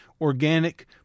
organic